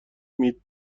مید